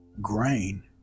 Grain